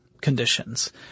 conditions